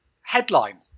headline